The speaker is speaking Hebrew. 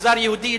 מגזר ערבי,